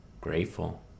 grateful